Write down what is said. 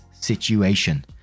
situation